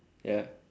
ya